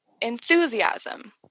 enthusiasm